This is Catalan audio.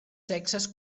sexes